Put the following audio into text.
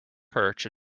perch